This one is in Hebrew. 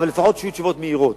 אבל לפחות שיהיו תשובות מהירות.